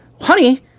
Honey